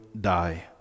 die